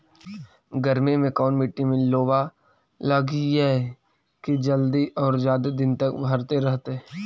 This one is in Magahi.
गर्मी में कोन मट्टी में लोबा लगियै कि जल्दी और जादे दिन तक भरतै रहतै?